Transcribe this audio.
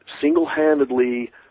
single-handedly